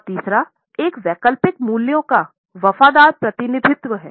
और तीसरा एक वैकल्पिक मूल्यों का वफादार प्रतिनिधित्व है